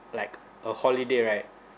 like a holiday right